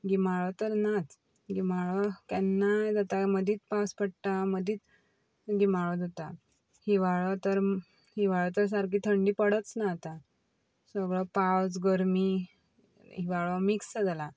गिमाळो तर नाच गिमाळो केन्नाय जाता मदींच पावस पडटा मदींच गिमाळो जाता हिंवाळो तर हिंवाळो तर सारकी थंडी पडच ना आतां सगळो पावस गरमी हिंवाळो मिक्स जाला